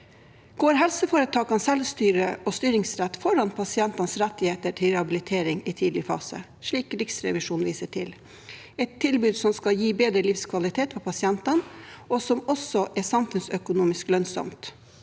Går helseforetakenes selvstyre og styringsrett foran pasientenes rettigheter til rehabilitering i tidlig fase, slik Riksrevisjonen viser til? Det er et tilbud som skal gi bedre livskvalitet for pasientene, og som også er samfunnsøkonomisk lønnsomt.